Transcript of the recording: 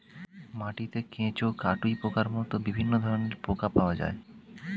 মাটিতে কেঁচো, কাটুই পোকার মতো বিভিন্ন ধরনের পোকা পাওয়া যায়